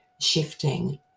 shifting